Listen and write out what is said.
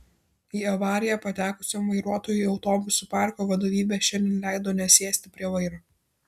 į avariją patekusiam vairuotojui autobusų parko vadovybė šiandien leido nesėsti prie vairo